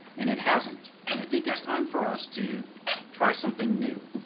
and it hasn't. and i think it's time for us to try something new.